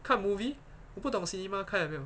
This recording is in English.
看 movie 我不懂 cinema 开了没有